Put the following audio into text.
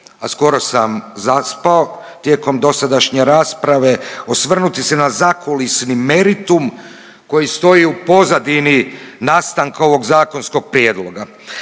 a skoro sam zaspao tijekom dosadašnje rasprave, osvrnuti se na zakulisni meritum koji stoji u pozadini nastanka ovog zakonskog prijedloga.